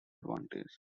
advantage